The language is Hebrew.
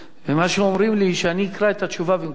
ומה שאומרים לי, שאני אקרא את התשובה במקום השר.